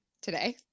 today